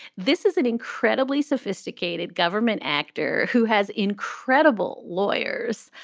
this is an incredibly sophisticated government actor who has incredible lawyers.